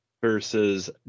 versus